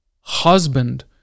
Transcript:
husband